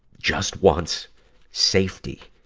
just wants safety,